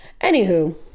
anywho